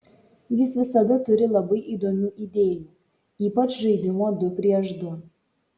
jis visada turi labai įdomių idėjų ypač žaidimo du prieš du